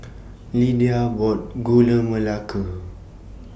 Lidia bought Gula Melaka